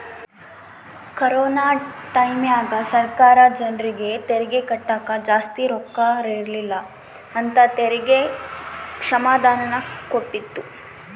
corona ಟೈಮ್ಯಾಗ ಸರ್ಕಾರ ಜರ್ನಿಗೆ ತೆರಿಗೆ ಕಟ್ಟಕ ಜಾಸ್ತಿ ರೊಕ್ಕಿರಕಿಲ್ಲ ಅಂತ ತೆರಿಗೆ ಕ್ಷಮಾದಾನನ ಕೊಟ್ಟಿತ್ತು